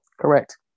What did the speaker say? Correct